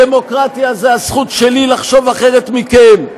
דמוקרטיה זה הזכות שלי לחשוב אחרת מכם.